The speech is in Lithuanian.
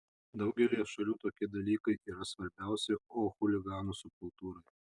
daugelyje šalių tokie dalykai yra svarbiausi o chuliganų subkultūrai